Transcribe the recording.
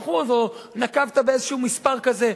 400% או נקבת באיזה מספר כזה,